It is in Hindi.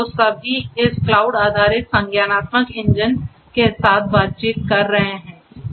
जो सभी इस क्लाउड आधारित संज्ञानात्मक इंजन के साथ बातचीत कर रहे हैं